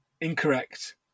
incorrect